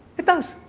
it does.